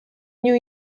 new